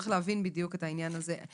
שצריך להבין בדיוק את העניין הזה.